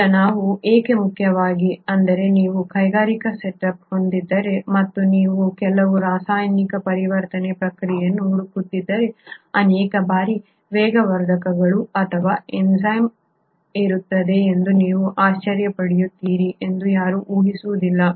ಈಗ ಅವು ಏಕೆ ಮುಖ್ಯವಾಗಿವೆ ಅಂದರೆ ನೀವು ಕೈಗಾರಿಕಾ ಸೆಟಪ್ ಹೊಂದಿದ್ದರೆ ಮತ್ತು ನೀವು ಕೆಲವು ರಾಸಾಯನಿಕ ಪರಿವರ್ತನೆ ಪ್ರಕ್ರಿಯೆಯನ್ನು ಹುಡುಕುತ್ತಿದ್ದರೆ ಅನೇಕ ಬಾರಿ ವೇಗವರ್ಧಕಗಳು ಅಥವಾ ಎನ್ಝೈಮ್ ಇರುತ್ತವೆ ಎಂದು ನೀವು ಆಶ್ಚರ್ಯ ಪಡುತ್ತೀರಿ ಎಂದು ಯಾರೂ ಊಹಿಸುವುದಿಲ್ಲ